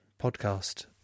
podcast